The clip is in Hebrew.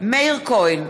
מאיר כהן,